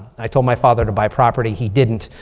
i told my father to buy property. he didn't.